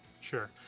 Sure